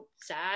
sad